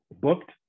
booked